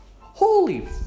Holy